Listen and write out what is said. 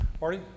Marty